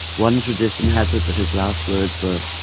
one tradition has it that his last words were,